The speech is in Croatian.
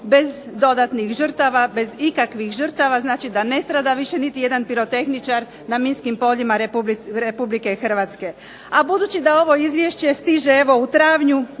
bez dodatnih žrtava, bez ikakvih žrtava. Znači, da ne strada više niti jedan pirotehničar na minskim poljima RH. A budući da ovo izvješće stiže evo u travnju,